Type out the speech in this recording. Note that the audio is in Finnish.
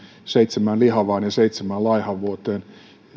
seitsemään lihavaan ja seitsemään laihaan vuoteen